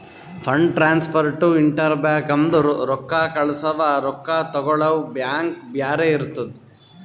fund transfer to inter bank ಅಂದುರ್ ರೊಕ್ಕಾ ಕಳ್ಸವಾ ರೊಕ್ಕಾ ತಗೊಳವ್ ಬ್ಯಾಂಕ್ ಬ್ಯಾರೆ ಇರ್ತುದ್